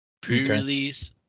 pre-release